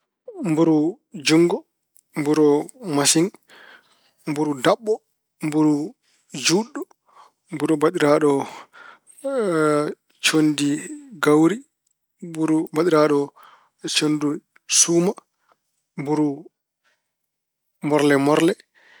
Mburu juutngo, mburu masiŋ, mburu daɓɓo, mburu juutɗo, mburu mbaɗiraaɗo conndi kawri, mburu mbaɗiraaɗo conndi suuma, mburu morle morle.